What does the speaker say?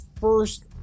first